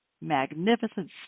magnificent